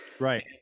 right